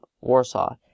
Warsaw